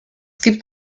gibt